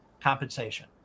compensation